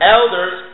elders